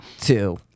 Two